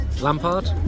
Lampard